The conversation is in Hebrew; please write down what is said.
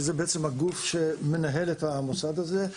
שזה בעצם הגוף שמנהל את המוסד הזה,